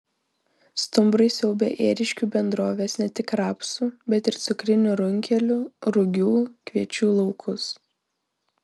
stumbrai siaubia ėriškių bendrovės ne tik rapsų bet ir cukrinių runkelių rugių kviečių laukus